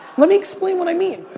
let me explain what i mean.